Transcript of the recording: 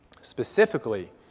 Specifically